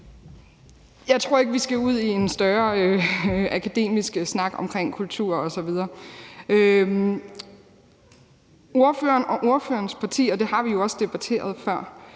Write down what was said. Jeg tror ikke, vi skal ud i en større akademisk snak omkring kultur osv. Spørgeren og spørgerens parti, og det har vi jo også debatteret før,